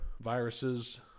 viruses